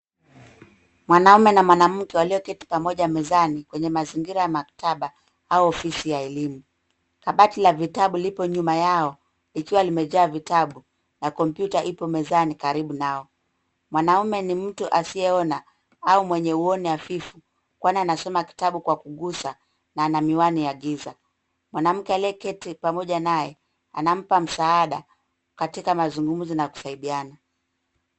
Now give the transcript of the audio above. Mwanaume na mwanamke walio keti pamoja mezani kwenye mazingira ya maktaba au ofisi ya elimu. Kabati la vitabu lipo nyuma yao ikiwa imejaa vitabu na kompyuta ipo mezani karibu nao, mwanaume ni mtu asiye ona au mwenye muoni hafifu kwani anasoma kitabu kwa kugusa na ana miwani ya giza. Mwanamke aliye keti pamoja naye anampa msaada katika mazungumzo na kusaidiana.